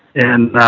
and